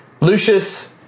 Lucius